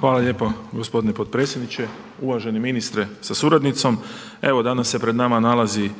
Hvala lijepo gospodine potpredsjedniče, uvaženi ministre sa suradnicom. Evo danas se pred nama nalazi